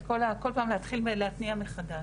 כל פעם להתחיל ולהתניע מחדש.